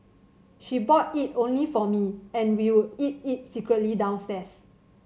she bought it only for me and we would eat it secretly downstairs